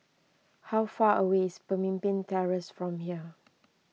how far away is Pemimpin Terrace from here